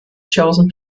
chosen